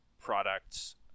products